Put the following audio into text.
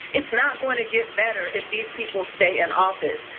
it's not gonna get better if these people stay in office.